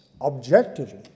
objectively